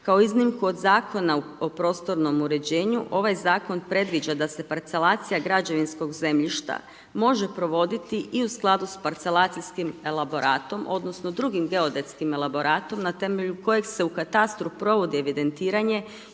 Kao iznimku od Zakona o prostornom uređenju ovaj zakon predviđa da se parcelacija građevinskog zemljišta može provoditi i u skladu s parcelacijskim elaboratom odnosno drugim geodetskim elaboratom na temelju kojeg se u katastru provodi evidentiranje